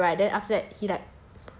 it was so bad right then after that he like